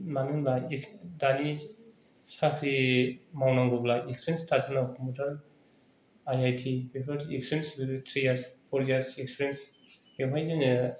मानोहोनोबा दानि साख्रि मावनांगौब्ला एक्सपिरियन्स थाजोब नांगौ before I I T before experience ओरैनो three years four years experience बेयावहाय जोंङो